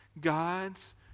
God's